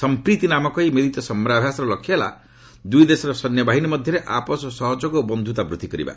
ସମ୍ପ୍ରତି ନାମକ ଏହି ମିଳିତ ସମରାଭ୍ୟାସର ଲକ୍ଷ୍ୟ ହେଲା ଦୁଇ ଦେଶର ସୈନ୍ୟବାହନୀ ମଧ୍ୟରେ ଆପୋଷ ସହଯୋଗ ଓ ବନ୍ଧୁତା ବୃଦ୍ଧି କରିବା